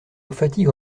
fatigue